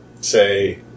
Say